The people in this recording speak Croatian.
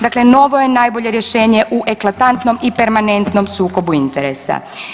Dakle, novo je nabolje rješenje u eklatantnom i permanentnom sukobu interesa.